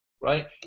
right